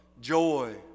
joy